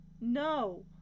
no